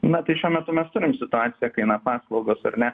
na tai šiuo metu mes turim situaciją kai na paslaugos ar ne